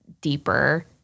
deeper